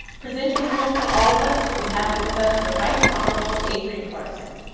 presenting room for all of us, we have with us the right to honorable adrienne clarkson.